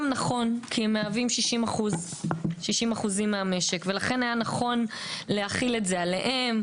נכון כי מהווים 60% מהמשק לכן היה נכון להחיל את זה עליהם.